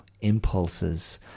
impulses